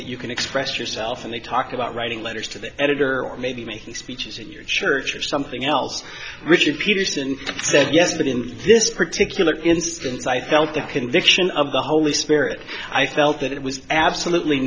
that you can express yourself and they talk about writing letters to the editor or maybe making speeches in your church or something else richard peterson said yes but in this particular instance i felt the conviction of the holy spirit i felt that it was absolutely